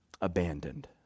Abandoned